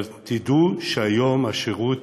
אבל תדעו שהיום השירות,